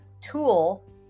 tool